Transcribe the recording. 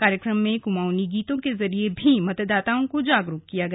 कार्यक्रम में कमाऊंनी गीतों के जरिए भी मतदाताओं को जागरूक किया गया